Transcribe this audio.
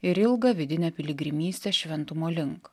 ir ilgą vidinę piligrimystę šventumo link